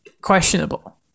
questionable